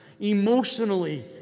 emotionally